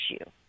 issue